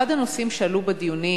אחד הנושאים שעלו בדיונים,